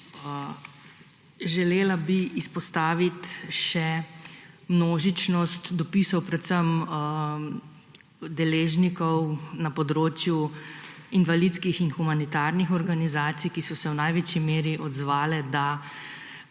Želela bi izpostaviti še množičnost dopisov, predvsem deležnikov na področju invalidskih in humanitarnih organizacij, ki so se v največji meri odzvali z